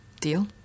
Deal